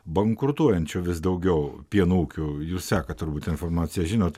bankrutuojančių vis daugiau pieno ūkių jus seka turbūt informaciją žinot